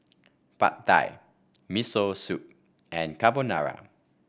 Pad Thai Miso Soup and Carbonara